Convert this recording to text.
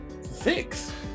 Six